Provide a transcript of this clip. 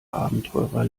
abenteurer